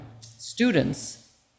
students